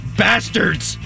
bastards